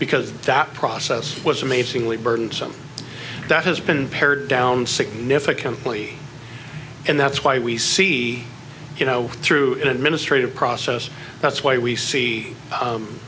because that process was amazingly burdensome that has been pared down significantly and that's why we see you know through an administrative process that's why we see